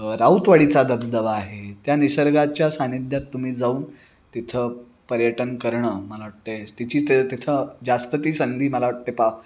राऊतवाडीचा धबधबा आहे त्या निसर्गाच्या सानिध्यात तुम्ही जाऊन तिथं पर्यटन करणं मला वाटते तिची ते तिथं जास्त संधी मला वाटते पा